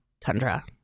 Tundra